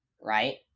right